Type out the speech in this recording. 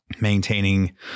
maintaining